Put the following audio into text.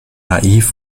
naiv